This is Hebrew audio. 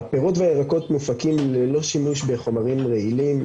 הפירות והירקות מופקים ללא שימוש בחומרים רעילים,